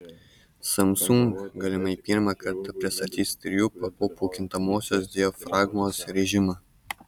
samsung galimai pirmą kartą pristatys trijų pakopų kintamosios diafragmos rėžimą